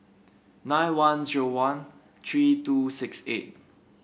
nine one zero one three two six eight